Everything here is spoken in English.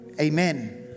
amen